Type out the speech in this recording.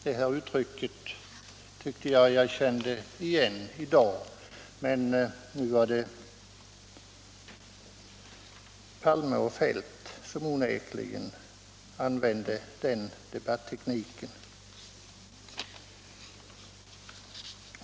Det tyckte jag att jag kände igen i dag, men nu var det herr Palme och herr Feldt som använde den debattekniken.